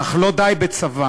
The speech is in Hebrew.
אך לא די בצבא.